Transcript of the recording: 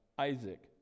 Isaac